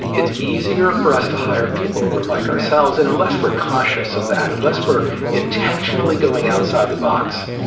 it's easier for us to hire people who are like ourselves, and unless we're cautious of that, unless were intentionally going outside the box,